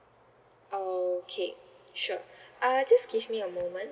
okay sure uh just give me a moment